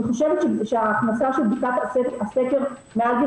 אני חושבת שהכנסת בדיקת הסקר מעל גיל